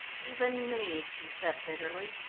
even me, he said bitterly.